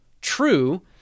true